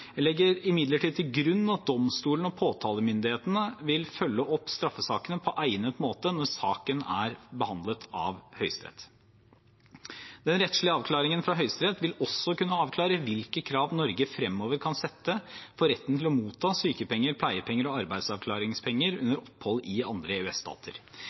Jeg legger imidlertid til grunn at domstolene og påtalemyndigheten vil følge opp straffesakene på egnet måte når saken er behandlet av Høyesterett. Den rettslige avklaringen fra Høyesterett vil også kunne avklare hvilke krav Norge fremover kan sette for retten til å motta sykepenger, pleiepenger og arbeidsavklaringspenger under opphold i andre